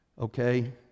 Okay